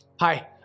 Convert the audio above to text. Hi